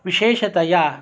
विशेषतया